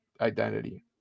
identity